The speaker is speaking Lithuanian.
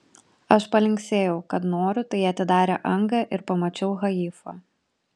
aš palinksėjau kad noriu tai atidarė angą ir pamačiau haifą